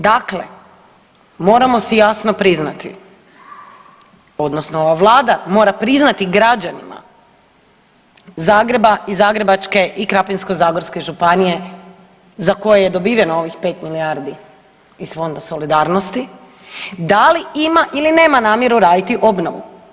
Dakle moramo si jasno priznati, odnosno vlada mora priznati građanima Zagreba i Zagrebačke i Krapinsko-zagorske županije za koje je dobiveno ovih 5 milijardi iz Fonda solidarnosti da li ima ili nema namjeru raditi obnovu?